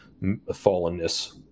fallenness